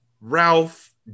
Ralph